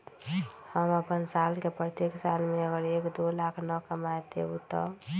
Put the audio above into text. हम अपन साल के प्रत्येक साल मे अगर एक, दो लाख न कमाये तवु देम?